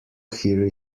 hear